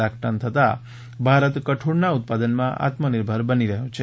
lakh ton થતાં ભારત કઠોળના ઉત્પાદનમાં આત્મનિર્ભર બની રહ્યો છે